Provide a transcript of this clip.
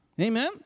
Amen